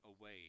away